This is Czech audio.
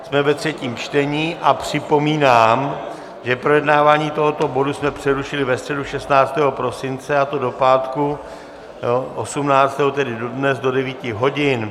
Jsme ve třetím čtení a připomínám, že projednávání tohoto bodu jsme přerušili ve středu 16. prosince, a to do pátku 18. prosince, tedy do dnes do devíti hodin.